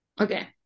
Okay